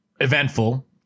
Eventful